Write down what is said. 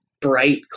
bright